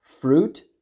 fruit